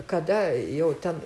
kada jau ten